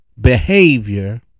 behavior